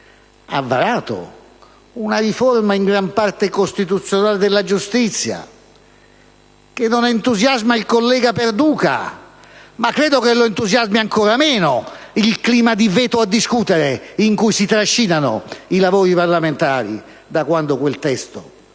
ha varato una riforma in gran parte costituzionale della giustizia che non entusiasma il collega Perduca il quale però forse è entusiasmato ancor meno dal clima di veto a discutere in cui si trascinano i lavori parlamentari da quando quel testo